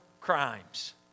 crimes